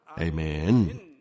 Amen